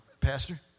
Pastor